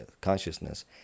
consciousness